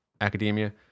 academia